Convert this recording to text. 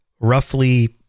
roughly